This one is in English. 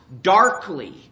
darkly